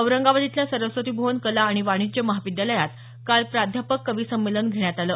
औरंगाबाद इथल्या सरस्वती भुवन कला आणि वाणिज्य महाविद्यालयात काल प्राध्यापक कविसंमेलन घेण्यात आलं